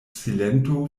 silento